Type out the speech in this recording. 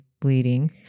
bleeding